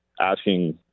asking